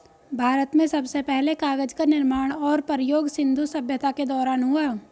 भारत में सबसे पहले कागज़ का निर्माण और प्रयोग सिन्धु सभ्यता के दौरान हुआ